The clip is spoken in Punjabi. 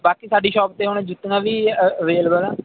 ਬਾਕੀ ਸਾਡੀ ਸ਼ੋਪ 'ਤੇ ਹੁਣ ਜਿਤਨਾ ਵੀ ਅ ਅਵੇਲੇਬਲ ਆ